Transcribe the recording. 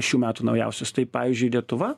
šių metų naujausius tai pavyzdžiui lietuva